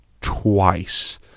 twice